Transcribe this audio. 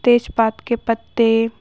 تیز پات کے پتے